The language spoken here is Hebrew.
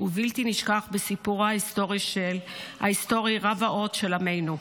ובלתי-נשכח בסיפורו ההיסטורי רב ההוד של עמנו.